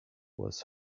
was